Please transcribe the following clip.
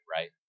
right